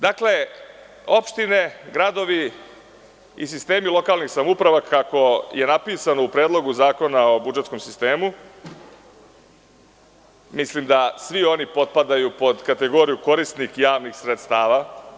Dakle, opštine, gradovi i sistemi lokalnihsamouprava, kako je napisano u Predlogu zakona o budžetskom sistemu, mislim da svi oni potpadaju pod kategoriju korisnih javnih sredstava.